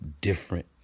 different